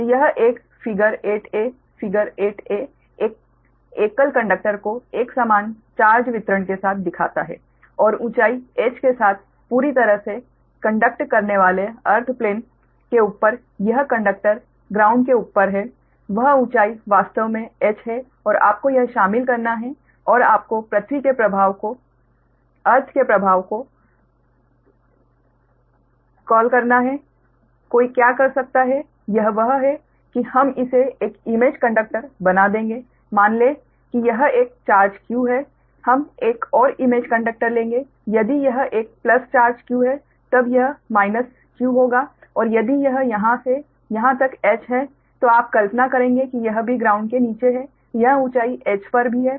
तो यह एक फ़िगर 8ए फ़िगर 8ए एक एकल कंडक्टर को एक समान चार्ज वितरण के साथ दिखाता है और ऊँचाई h के साथ पूरी तरह से कंडक्ट करने वाले अर्थ प्लेन के ऊपर यह कंडक्टर ग्राउंड के ऊपर है वह ऊंचाई वास्तव में h है और आपको यह शामिल करना है और आपको पृथ्वी के प्रभाव को कॉल करना है कोई क्या कर सकता है वह यह है कि हम इसे एक इमेज कंडक्टर बना देंगे मान लें कि यह एक चार्ज q है हम एक और इमेज कंडक्टर लेंगे यदि यह एक प्लस चार्ज q है तब यह माइनस q होगा और यदि यह यहाँ से यहाँ तक h है तो आप कल्पना करेंगे कि यह भी ग्राउंड के नीचे है यह ऊँचाई h पर भी है